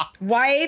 wife